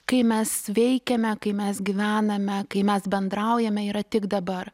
kai mes veikiame kai mes gyvename kai mes bendraujame yra tik dabar